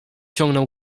ciągnął